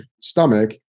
stomach